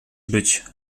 być